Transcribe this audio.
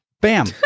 Bam